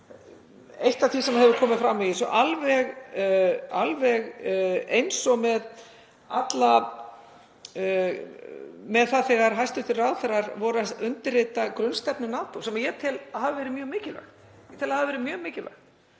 eitt af því sem hefur komið fram. Alveg eins og þegar hæstv. ráðherrar voru að undirrita grunnstefnu NATO, sem ég tel að hafi verið mjög mikilvægt,